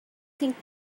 think